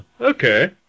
Okay